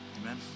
Amen